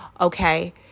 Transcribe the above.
okay